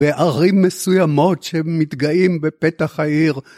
בערים מסוימות שמתגאים בפתח העיר.